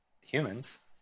humans